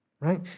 right